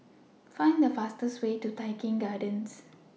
Find The fastest Way to Tai Keng Gardens